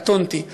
קטונתי,